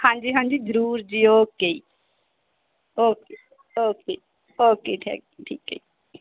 ਹਾਂਜੀ ਹਾਂਜੀ ਜ਼ਰੂਰ ਜੀ ਓਕੇ ਜੀ okay okay okay thank you ਠੀਕ ਹੈ ਜੀ